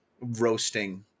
roasting